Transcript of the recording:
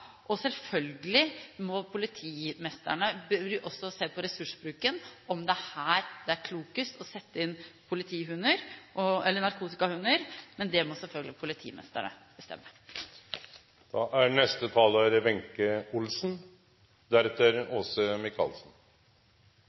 må selvfølgelig også se på ressursbruken, om det er her det er klokest å sette inn politihunder eller narkotikahunder, men det må politimestrene bestemme. Alle er